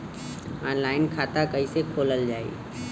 Online खाता कईसे खोलल जाई?